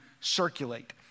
circulate